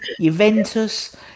Juventus